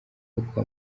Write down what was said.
koko